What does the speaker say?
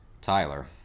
Tyler